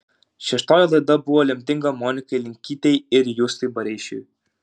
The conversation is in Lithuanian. šeštoji laida buvo lemtinga monikai linkytei ir justui bareišiui